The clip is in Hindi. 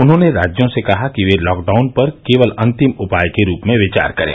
उन्होंने राज्यों से कहा कि वे लॉकडाउन पर केवल अंतिम उपाय के रूप में विचार करें